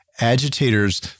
agitators